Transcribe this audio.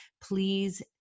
please